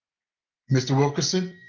mr. wilkerson?